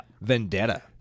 Vendetta